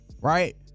Right